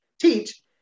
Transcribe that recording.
teach